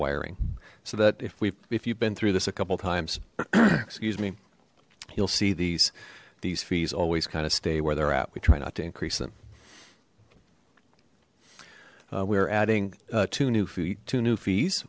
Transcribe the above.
wiring so that if we if you've been through this a couple times excuse me you'll see these these fees always kind of stay where they're at we try not to increase them we are adding two new fee two new fees